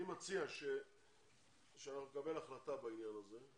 אני מציע שנקבל החלטה בעניין הזה,